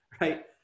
right